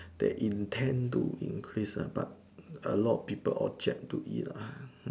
they intent to increase ah but a lot of people object to it lah hmm